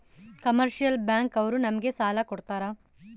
commercial bank ಅವ್ರು ನಮ್ಗೆ ಸಾಲ ಕೊಡ್ತಾರ